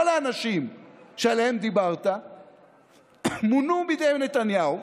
כל האנשים שעליהם דיברת מונו בידי נתניהו.